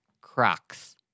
Crocs